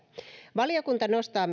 valiokunta nostaa